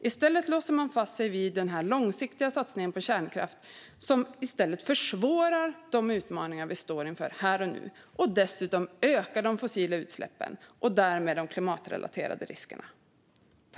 I stället låser man fast sig vid den långsiktiga satsningen på kärnkraft, som försvårar de utmaningar vi står inför här och nu och dessutom ökar de fossila utsläppen och därmed de klimatrelaterade riskerna.